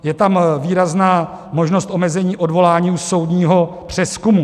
Je tam výrazná možnost omezení odvolání u soudního přezkumu.